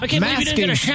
masking